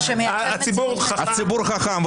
הציבור חכם -- הציבור חכם,